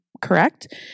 correct